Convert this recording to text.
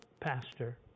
pastor